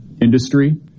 industry